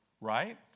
right